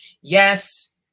Yes